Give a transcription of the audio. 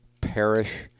perish